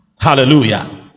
hallelujah